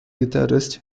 guitarist